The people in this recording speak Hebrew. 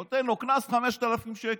הוא נותן לו קנס 5,000 שקל.